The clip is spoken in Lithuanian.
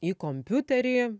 į kompiuterį